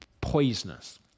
poisonous